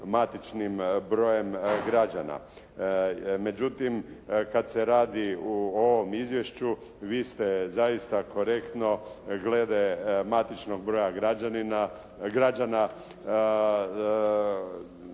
matičnim brojem građana. Međutim kad se radi u ovom izvješću vi ste zaista korektno glede matičnog broja građanina,